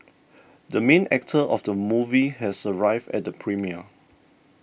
the main actor of the movie has arrived at the premiere